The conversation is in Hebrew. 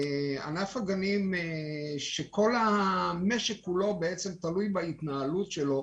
ענף הגנים שכל המשק תלוי בו,